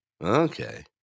Okay